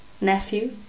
nephew